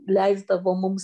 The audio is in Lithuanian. leisdavo mums